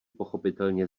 pochopitelně